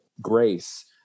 grace